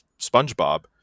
SpongeBob